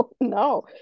no